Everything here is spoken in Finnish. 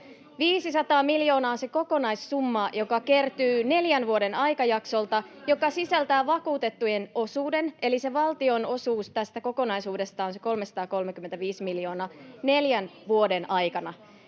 500 miljoonaa on se kokonaissumma, joka kertyy neljän vuoden aikajaksolta [Krista Kiuru: Kyllä, kyllä!] ja joka sisältää vakuutettujen osuuden. Eli se valtion osuus tästä kokonaisuudesta on se 335 miljoonaa neljän vuoden aikana.